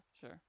sure